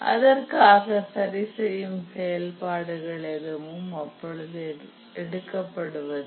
அதற்காக சரி செய்யும் செயல்பாடுகள் எதுவும் அப்பொழுது எடுக்கப்படுவதில்லை